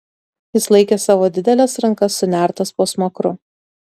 jis laikė savo dideles rankas sunertas po smakru